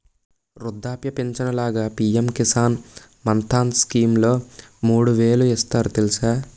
వృద్ధాప్య పించను లాగా పి.ఎం కిసాన్ మాన్ధన్ స్కీంలో మూడు వేలు ఇస్తారు తెలుసా?